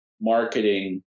marketing